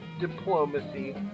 diplomacy